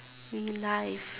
relive